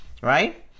right